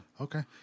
okay